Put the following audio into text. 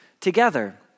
together